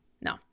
no